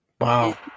Wow